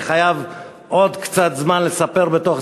אני חייב עוד קצת זמן כדי לספר בתוך